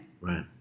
Right